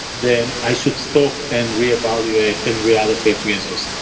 then i should stop and reevaluate and reallocate resource.